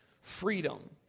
freedom